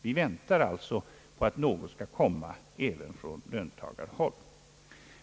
Vi väntar alltid på att något skall komma även från löntagarhåll.